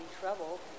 trouble